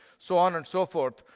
so on and so forth,